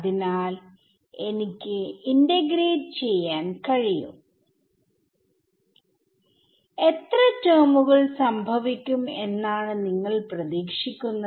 അതിനാൽ എനിക്ക് ഇന്റെഗ്രേറ്റ് ചെയ്യാൻ കഴിയും എത്ര ടെർമുകൾ സംഭവിക്കും എന്നാണ് നിങ്ങൾ പ്രതീക്ഷിക്കുന്നത്